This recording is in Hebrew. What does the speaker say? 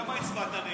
למה הצבעת נגד?